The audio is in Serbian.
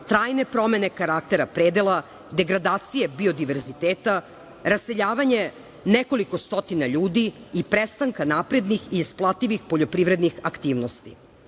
trajne promene karaktera predela, degradacije biodiverziteta, raseljavanje nekoliko stotina ljudi i prestanka naprednih i isplativih poljoprivrednih aktivnosti.U